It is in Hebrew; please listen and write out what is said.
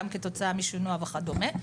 גם כתוצאה משינוע וכדומה.